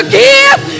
give